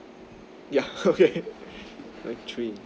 yeah okay three